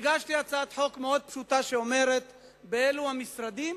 הגשתי הצעת חוק מאוד פשוטה, שאומרת באילו משרדים